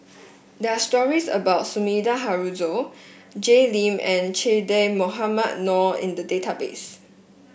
there are stories about Sumida Haruzo Jay Lim and Che Dah Mohamed Noor in the database